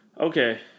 Okay